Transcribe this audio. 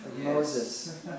Moses